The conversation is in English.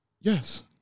Yes